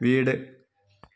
വീട്